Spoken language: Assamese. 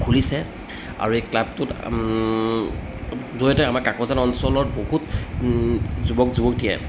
খুলিছে আৰু এই ক্লাবটোত জৰিয়তে আমাৰ কাকজান অঞ্চলৰ বহুত যুৱক যুৱতীয়ে